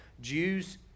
Jews